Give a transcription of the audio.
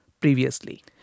previously